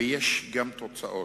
ויש גם תוצאות.